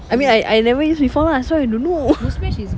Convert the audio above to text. I mean I I never use before lah so I don't know